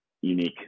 unique